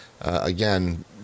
again